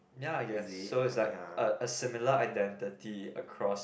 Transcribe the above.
ya I guess so its like a a similar identity across